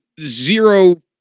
zero